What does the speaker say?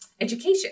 education